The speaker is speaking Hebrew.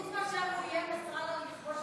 חוץ מזה שנסראללה איים לכבוש,